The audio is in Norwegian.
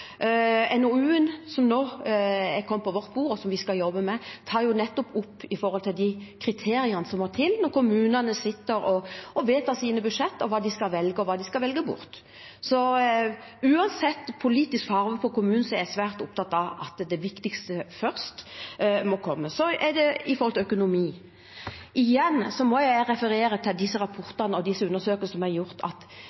som nå er kommet på vårt bord, og som vi skal jobbe med, tar opp nettopp de kriteriene som må til når kommunene sitter og vedtar sine budsjett – hva de skal velge, og hva de skal velge bort. Uansett politisk farge på kommunen er jeg svært opptatt av at det viktigste må komme først. Når det gjelder økonomi, må jeg igjen referere til de rapportene og undersøkelsene som er gjort. Det